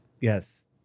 Yes